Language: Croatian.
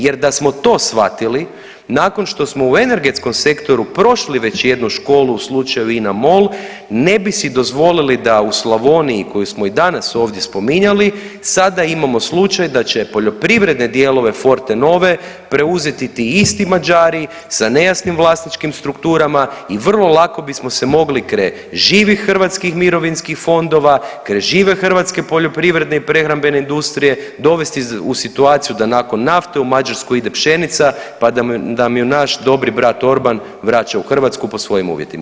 Jer da smo to shvatili nakon što smo u energetskom sektoru prošli već jednu školu u slučaju INA MOL ne bi si dozvolili da u Slavoniji koju smo i danas ovdje spominjali sada imamo slučaj da će poljoprivredne dijelove Fortenove preuzeti ti isti Mađari sa nejasnim vlasničkim strukturama i vrlo lako bismo se mogli kraj živih hrvatskih mirovinskih fondova, kraj žive hrvatske poljoprivredne i prehrambene industrije dovesti u situaciju da nakon nafte u Mađarsku ide pšenica, pa da mi je naš dobar brat Orban vraća u Hrvatsku po svojim uvjetima.